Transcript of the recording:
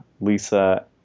Lisa